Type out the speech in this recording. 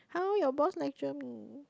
how your boss lecture me